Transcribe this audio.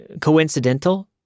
coincidental